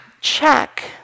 check